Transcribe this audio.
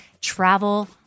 travel